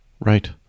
Right